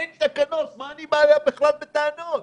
מה אני בא אליו בכלל בטענות,